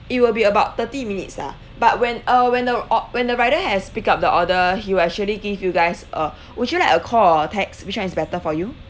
it will be about thirty minutes lah but when uh when the ord~ when the rider has picked up the order he will actually give you guys a would you like a call or a text which one is better for you